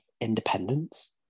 independence